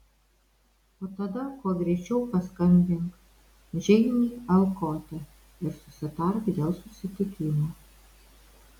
o tada kuo greičiau paskambink džeinei alkote ir susitark dėl susitikimo